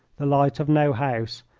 the light of no house,